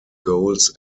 goals